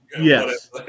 Yes